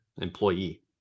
employee